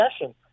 session